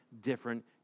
different